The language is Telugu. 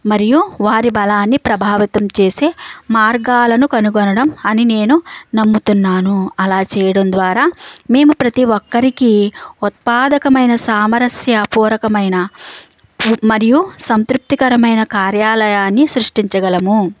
మరియు వారి బలాన్ని ప్రభావితం చేసే మార్గాలను కనుగొనడం అని నేను నమ్ముతున్నాను అలా చేయడం ద్వారా మేము ప్రతీ ఒక్కరికి ఉత్పాదకమైన సామరస్య పూర్వకమైన మరియు సంతృప్తికరమైన కార్యాలయాన్ని సృష్టించగలము